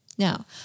Now